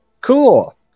cool